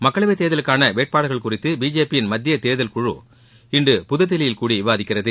மக்களவைத் தேர்தலுக்கான வேட்பாளர்கள் குறித்து பிஜேபி யிள் மத்திய தேர்தல் குழு இன்று புதுதில்லியில் கூட விவாதிக்கிறது